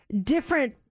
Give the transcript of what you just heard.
different